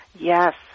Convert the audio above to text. Yes